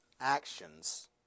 actions